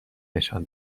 نشان